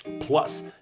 Plus